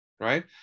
right